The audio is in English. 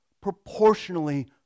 proportionally